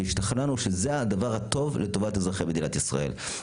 והשתכנענו שזה הדבר הטוב לטובת אזרחי מדינת ישראל,